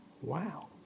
Wow